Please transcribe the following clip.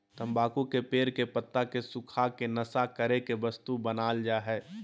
तम्बाकू के पेड़ के पत्ता के सुखा के नशा करे के वस्तु बनाल जा हइ